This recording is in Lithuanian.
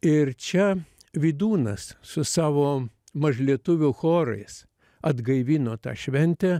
ir čia vydūnas su savo mažlietuvių chorais atgaivino tą šventę